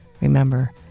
remember